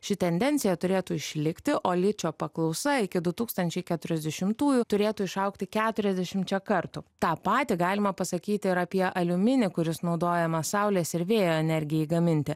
ši tendencija turėtų išlikti o ličio paklausa iki du tūkstančiai keturiasdešimtųjų turėtų išaugti keturiasdešimčia kartų tą patį galima pasakyti ir apie aliuminį kuris naudojamas saulės ir vėjo energijai gaminti